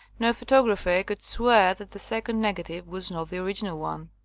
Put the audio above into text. no photographer could swear that the second negative was not the original one.